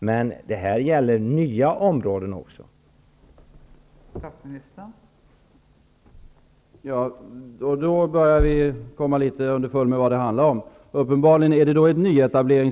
Men här gäller frågan även nya områden.